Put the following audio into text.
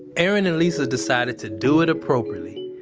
erin and lisa decided to do it appropriately.